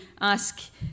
ask